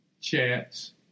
chats